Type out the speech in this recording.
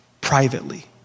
privately